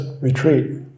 retreat